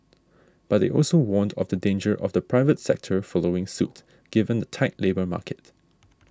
but they also warned of the danger of the private sector following suit given the tight labour market